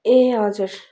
ए हजुर